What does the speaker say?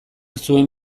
zuen